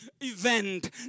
event